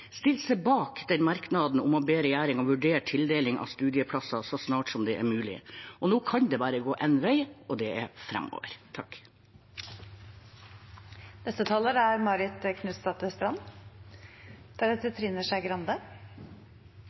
seg bak merknaden om å be regjeringen vurdere tildeling av studieplasser så snart det er mulig. Nå kan det bare gå en vei, og det er framover. Nordland kunst- og filmhøgskole, forkortet NKFS, er